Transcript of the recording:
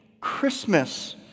Christmas